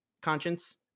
conscience